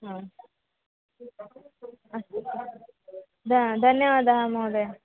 हा अस्तु द धन्यवादः महोदय